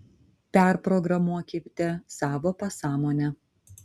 perprogramuokite savo pasąmonę